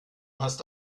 hast